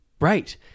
Right